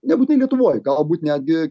nebūtinai lietuvoj galbūt netgi